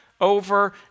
over